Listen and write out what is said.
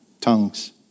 Tongues